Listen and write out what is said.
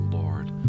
lord